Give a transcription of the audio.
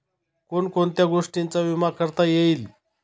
कोण कोणत्या गोष्टींचा विमा करता येईल?